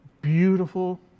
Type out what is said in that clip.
beautiful